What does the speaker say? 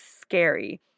scary